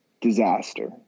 disaster